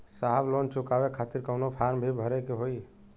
साहब लोन चुकावे खातिर कवनो फार्म भी भरे के होइ?